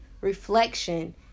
reflection